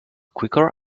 quicker